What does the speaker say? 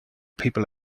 people